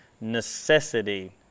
necessity